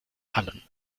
allen